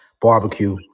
barbecue